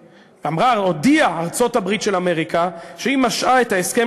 הודיעה ארצות-הברית של אמריקה שהיא משעה את ההסכם